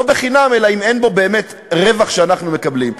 לא בחינם אלא אם אין בו באמת רווח שאנחנו מקבלים.